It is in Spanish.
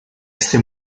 este